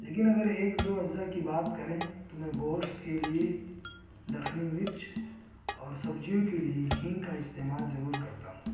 لیکن اگر ایک دو اجزاء کی بات کریں تو میں گوشت کے لیے دکنی مرچ اور سبزیوں کے لیے ہینگ کا استعمال ضرور کرتا ہوں